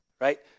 right